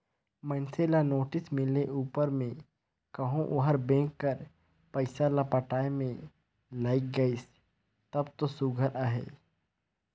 मइनसे ल नोटिस मिले उपर में कहो ओहर बेंक कर पइसा ल पटाए में लइग गइस तब दो सुग्घर अहे